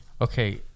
Okay